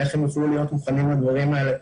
איך הם יוכלו להיות מוכנים לדברים האלה,